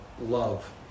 love